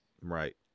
Right